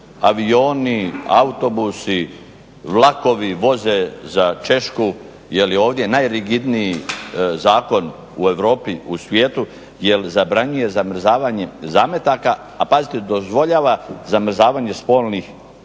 Avioni, autobusi, vlakovi voze za Češku jer je ovdje najrigidniji zakon u Europi, u svijetu jer zabranjuje zamrzavanje zametaka, a pazite dozvoljava zamrzavanje spolnih,